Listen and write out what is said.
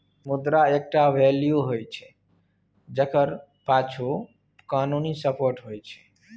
मुद्रा एकटा वैल्यू होइ छै जकर पाछु कानुनी सपोर्ट होइ छै